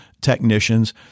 technicians